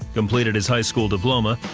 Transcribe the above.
completed his high school diploma,